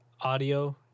audio